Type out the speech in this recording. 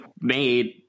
made